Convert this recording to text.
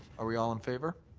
are we all in favour?